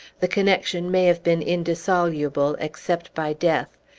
the connection may have been indissoluble, except by death.